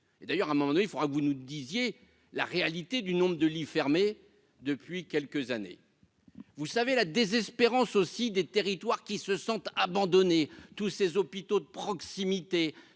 d'ailleurs, à mon avis, il faudra que vous nous disiez la réalité du nombre de lits fermés depuis quelques années, vous savez, la désespérance aussi des territoires qui se sentent abandonnés, tous ces hôpitaux de proximité